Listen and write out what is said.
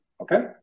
Okay